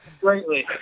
greatly